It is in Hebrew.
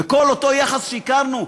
וכל אותו יחס שהכרנו,